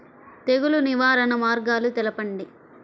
తెగులు నివారణ మార్గాలు తెలపండి?